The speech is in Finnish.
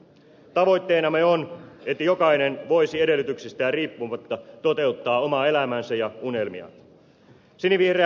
tavoitteenamme on että jokainen voisi edellytyksistään riippumatta toteuttaa omaa elämäänsä ja unelmiaan